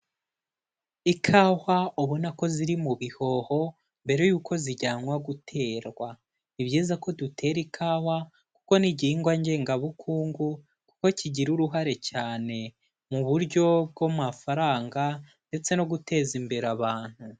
Ikawa ubona ko ziri mu bihoho mbere yuko zijyanwa guterwa, ni byiza ko dutera ikawa kuko ni igihingwa ngengabukungu, kuko kigira uruhare cyane mu buryo bw'amafaranga ndetse no guteza imbere abantu.